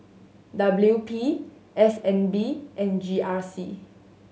W P S N B and G R C